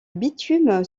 bitume